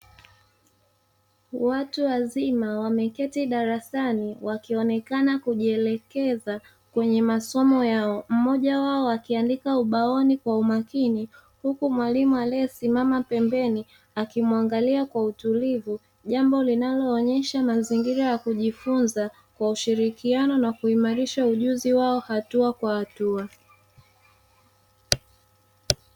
Watu wazima wameketi darasani wakionekena kujielekeza kwenye masomo yao. Mmoja wao akiandika ubaoni kwa umakini huku mwalimu aliyesimama pembeni akimuangalia kwa utulivu. Jambo linaloonyesha mazingira ya kujifunza kwa ushirikiano na kuimarisha ujuzi wao hatua kwa hatua.